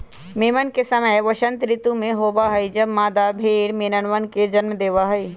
मेमन के समय वसंत ऋतु में होबा हई जब मादा भेड़ मेमनवन के जन्म देवा हई